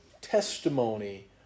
testimony